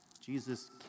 Jesus